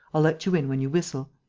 i'll let you in when you whistle.